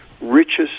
richest